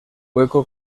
hueco